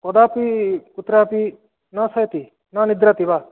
कदापि कुत्रापि न शयति न निद्राति वा